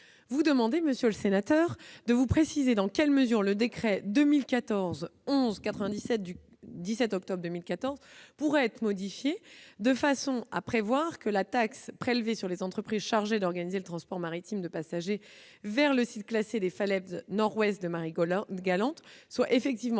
nous demandez, monsieur le sénateur, de vous préciser dans quelle mesure le décret n° 2014-1197 du 17 octobre 2014 pourrait être modifié de façon à prévoir que la taxe prélevée sur les entreprises chargées d'organiser le transport maritime de passagers vers le site classé des falaises nord-est de Marie-Galante soit effectivement perçue